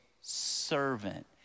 servant